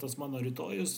tas mano rytojus